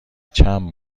چند